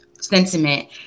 sentiment